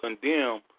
condemn